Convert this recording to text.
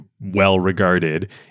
well-regarded